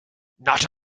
not